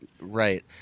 Right